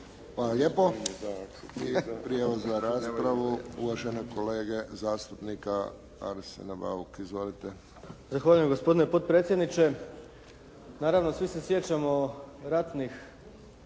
lijepo. I prijava za raspravu uvažene kolege zastupnika Arsena Bauka. Izvolite. **Bauk, Arsen (SDP)** Zahvaljujem gospodine potpredsjedniče. Naravno, svi se sjećamo ratnih